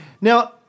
Now